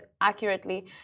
accurately